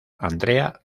andrea